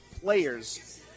players